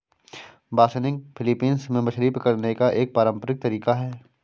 बासनिग Philippines में मछली पकड़ने का एक पारंपरिक तरीका है